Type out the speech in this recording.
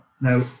now